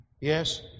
Yes